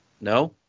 No